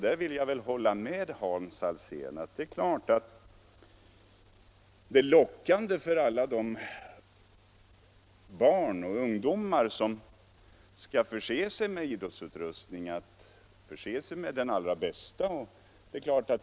Jag vill hålla med Hans Alsén om att det är lockande för alla de barn och ungdomar som skaffar idrottsutrustning att förse sig med den allra bästa materielen.